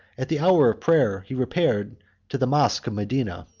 at the hour of prayer, he repaired to the mosch of medina,